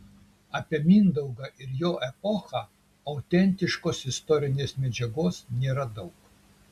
apie mindaugą ir jo epochą autentiškos istorinės medžiagos nėra daug